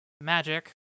Magic